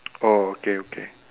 oh okay okay